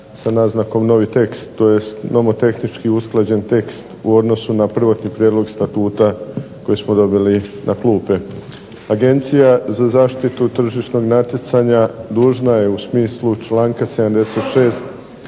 sa naznakom novi tekst, tj. nomotehnički usklađen tekst u odnosu na prvotni Prijedlog Statuta koji smo dobili na klupe. Agencija za zaštitu tržišnog natjecanja dužna je u smislu članka 76.